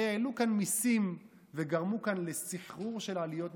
הרי העלו כאן מיסים וגרמו כאן לסחרור של עליות מחירים.